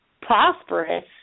prosperous